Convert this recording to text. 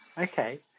Okay